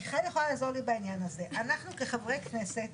חבר הכנסת